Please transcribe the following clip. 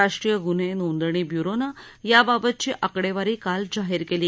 राष्ट्रीय ग्न्हे नोंदणी ब्यूरोनं याबाबतची आकडेवारी काल जाहीर केली